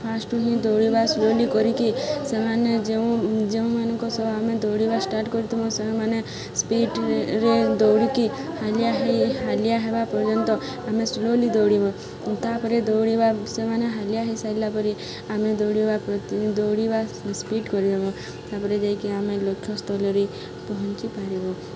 first ହିଁ ଦୌଡ଼ିବା slowly କରିକି ସେମାନେ ଯେଉଁ ଯେଉଁମାନଙ୍କ ସହ ଆମେ ଦୌଡ଼ିବା ଷ୍ଟାର୍ଟ କରିଥିବ ସେମାନେ ସ୍ପିଡ଼୍ରେ ଦୌଡ଼ିକି ହାଲିଆ ହେଇ ହାଲିଆ ହେବା ପର୍ଯ୍ୟନ୍ତ ଆମେ ସ୍ଲୋଲି ଦୌଡ଼ିବ ତା'ପରେ ଦୌଡ଼ିବା ସେମାନେ ହାଲିଆ ହେଇସାରିଲା ପରେ ଆମେ ଦୌଡ଼ିବା ଦୌଡ଼ିବା ସ୍ପିଡ଼୍ କରିବ ତାପ'ରେ ଯାଇକି ଆମେ ଲକ୍ଷ୍ୟସ୍ଥଳରେ ପହଞ୍ଚି ପାରିବୁ